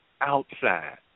outside